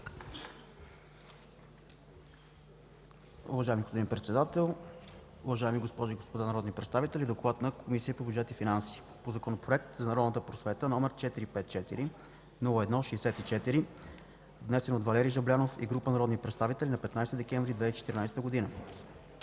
Уважаеми господин Председател, уважаеми госпожи и господа народни представители! „ДОКЛАД на Комисията по бюджет и финанси по Законопроект за народната просвета, № 454-01-64, внесен от Валери Жаблянов и група народни представители на 15 декември 2014 г.